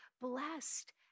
blessed